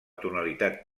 tonalitat